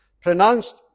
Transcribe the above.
pronounced